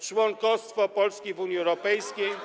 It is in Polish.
członkostwo Polski w Unii Europejskiej.